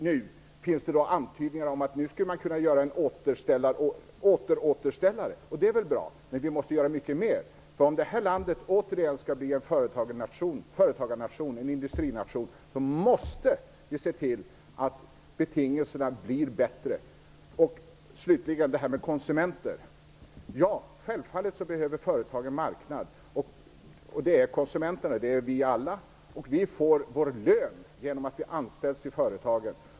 Nu finns det antydningar om att man skulle kunna göra en åter-återställare. Det är väl bra, men vi måste göra mycket mera. Om det här landet åter igen skall bli en företagarnation, en industrination, måste vi se till att betingelserna blir bättre. Slutligen när det gäller konsumenterna är det självklart att företagen behöver en marknad. Den utgörs av konsumenterna, dvs. oss alla. Vi får lön till följd av att vi har anställts i företagen.